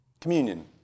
Communion